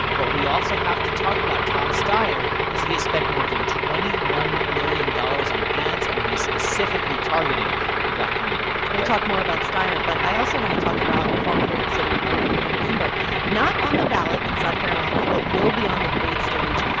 but we also have to talk about tom steyer because he has spent more than twenty one million dollars on ads, and he is specifically targeting the black community we'll talk more about steyer, but i also want to talk about former new york city mayor mike bloomberg not on the ballot in south carolina, but will be on the debate stage.